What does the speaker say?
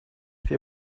все